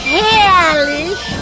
herrlich